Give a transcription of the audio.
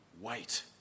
wait